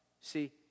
See